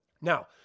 Now